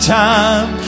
time